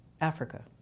Africa